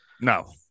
No